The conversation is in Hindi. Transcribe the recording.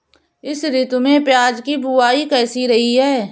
इस ऋतु में प्याज की बुआई कैसी रही है?